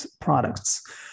products